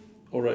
alright